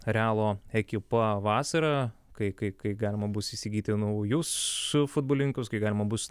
realo ekipa vasarą kai kai kai galima bus įsigyti naujus futbolininkus kai galima bus